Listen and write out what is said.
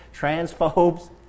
transphobes